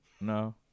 No